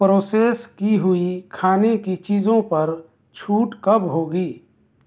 process کی ہوئی کھانے کی چیزوں پر چھوٹ کب ہوگی